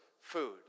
food